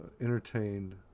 entertained